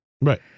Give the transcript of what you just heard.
Right